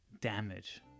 damage